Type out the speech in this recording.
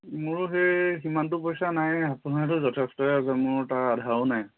মোৰো সেই সিমানটো পইচা নায়ে আপোনাৰটো যথেষ্টই আছে মোৰ তাৰ আধাও নাই